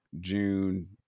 June